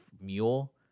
mule